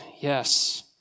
yes